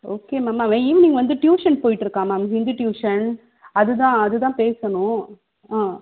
okay ma'am அவன் evening வந்து tuition போகிட்டு இருக்கான் மேம் ஹிந்தி டியூஷன் அது தான் அது தான் பேசணும் ஆ